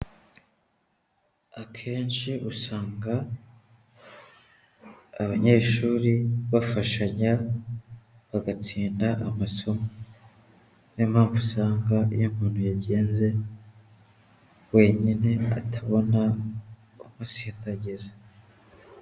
Akenshi usanga abanyeshuri bafashanya bagatsinda amasomo, niyo mpamvu usanga iyo umuntu yagenze wenyine atabona umusindagiza.